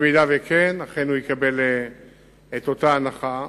אם כן, הוא יקבל את אותה הנחה.